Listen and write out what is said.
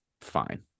Fine